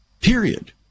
period